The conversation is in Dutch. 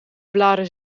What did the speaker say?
blaren